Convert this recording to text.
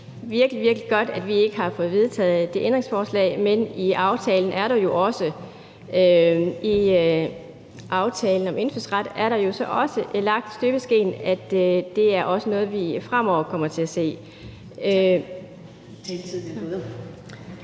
virkelig, virkelig godt, at vi ikke har fået vedtaget det ændringsforslag; men i aftalen om indfødsret er der jo også lagt i støbeskeen, at det også er noget, vi fremover kommer til at se. Kl.